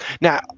now